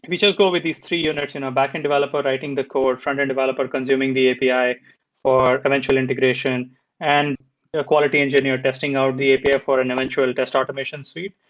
we just go with these three units, and um backend developer writing the code, frontend developer consuming the api for eventual integration and a quality engineer testing out the api for an eventual test automation speed.